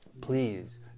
please